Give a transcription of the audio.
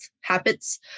habits